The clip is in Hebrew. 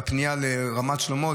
בפנייה לרמת שלמה,